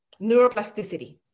neuroplasticity